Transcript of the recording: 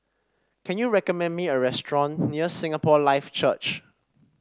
can you recommend me a restaurant near Singapore Life Church